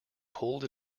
pulled